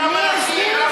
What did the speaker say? אותם אנשים,